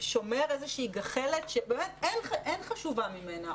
שומר איזו גחלת שאין חשובה ממנה.